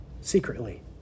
secretly